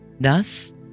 Thus